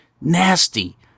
Nasty